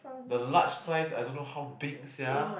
the large size I don't know how big sia